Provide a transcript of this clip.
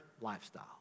lifestyle